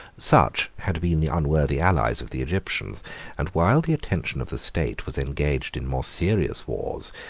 such had been the unworthy allies of the egyptians and while the attention of the state was engaged in more serious wars,